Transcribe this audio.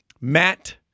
Matt